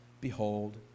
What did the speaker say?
behold